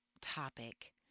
topic